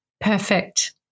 Perfect